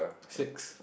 six